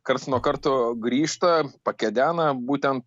karts nuo karto grįžta pakedena būtent